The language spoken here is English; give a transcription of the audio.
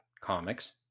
comics